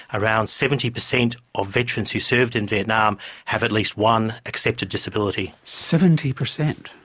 around seventy percent of veterans who served in vietnam have at least one accepted disability. seventy percent!